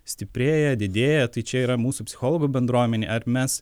stiprėja didėja tai čia yra mūsų psichologų bendruomenėj ar mes